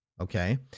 Okay